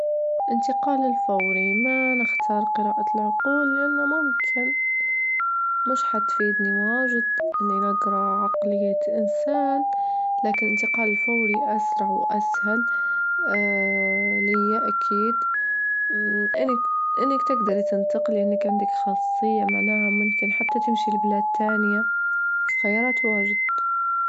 إنتقال الفوري ما نختار قراءة العقول، لأن ممكن مش حتفيدني واجد إني نجرا عقلية إنسان، لكن الإنتقال الفوري أسرع وأسهل ليا أكيد، إنك- إنك تجدري تنتقلي، إنك عندك خاصية معناها ممكن حتى تمشي لبلاد تانية، خيارات واجد.